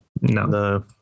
No